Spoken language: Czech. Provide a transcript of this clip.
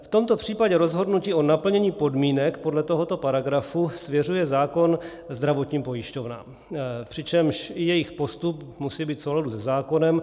V tomto případě rozhodnutí o naplnění podmínek podle tohoto paragrafu svěřuje zákon zdravotním pojišťovnám, přičemž i jejich postup musí být v souladu se zákonem.